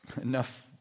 enough